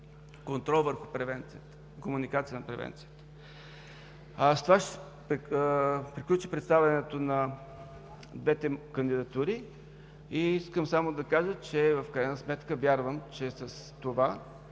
комуникация и превенция – комуникация на превенцията. С това ще приключа представянето на двете кандидатури. Искам само да кажа, че в крайна сметка с това